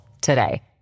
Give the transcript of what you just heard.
today